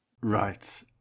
Right